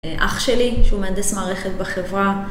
אח שלי שהוא מהנדס מערכת בחברה